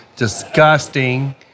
Disgusting